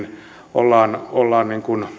ollaan ollaan